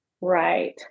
right